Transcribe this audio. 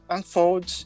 Unfold